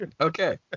Okay